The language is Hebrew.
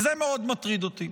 וזה מאוד מטריד אותי.